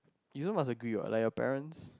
you know must agree what like your parents